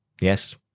Yes